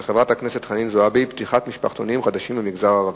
של חברת הכנסת חנין זועבי: פתיחת משפחתונים במגזר הערבי.